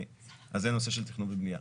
זה נושא של תכנון ובנייה.